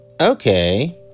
Okay